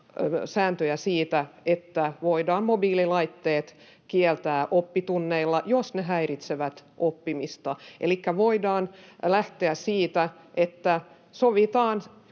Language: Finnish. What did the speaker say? sääntöjä siitä, että voidaan mobiililaitteet kieltää oppitunneilla, jos ne häiritsevät oppimista. Elikkä voidaan lähteä siitä, että sovitaan